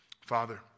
Father